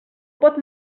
pot